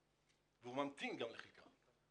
והוא ממתין גם לחלקה.